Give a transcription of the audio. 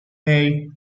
hey